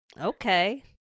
okay